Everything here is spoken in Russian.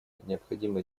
необходимо